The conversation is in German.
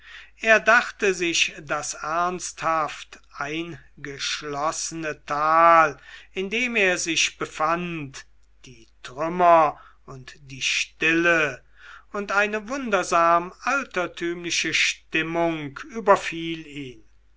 er dachte sich das ernsthaft eingeschlossene tal in dem er sich befand die trümmer und die stille und eine wundersam altertümliche stimmung überfiel ihn